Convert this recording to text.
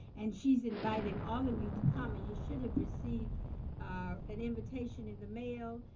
and she's inviting all of you to come. you should have received an invitation in the mail.